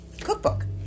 cookbook